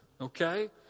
Okay